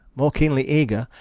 more keenely eager,